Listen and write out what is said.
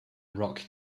rock